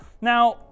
Now